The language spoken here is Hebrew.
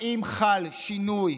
האם חל שינוי